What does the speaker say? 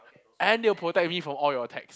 and they will protect me from all your attacks